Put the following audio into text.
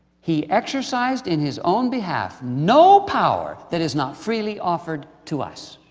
he exercised in his own behalf no power that is not freely offered to us.